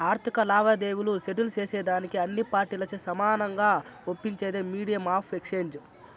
ఆర్థిక లావాదేవీలు సెటిల్ సేసేదానికి అన్ని పార్టీలచే సమానంగా ఒప్పించేదే మీడియం ఆఫ్ ఎక్స్చేంజ్